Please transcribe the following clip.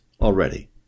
already